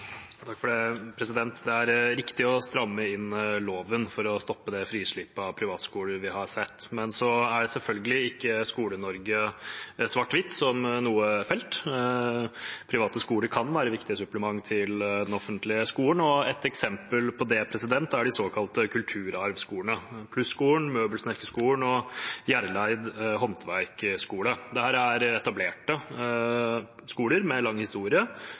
Det er riktig å stramme inn loven, for å stoppe det frislippet av privatskoler vi har sett. Men Skole-Norge er selvfølgelig ikke svart-hvitt, som ikke noe felt er det. Private skoler kan være et viktig supplement til den offentlige skolen, og et eksempel på det er de såkalte kulturarvskolene – Plus-skolen, Møbelsnekkerskolen og Hjerleid Handverksskole. Dette er etablerte skoler med lang historie,